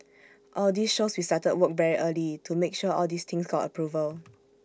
all this shows we started work very early to make sure all these things got approval